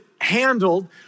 handled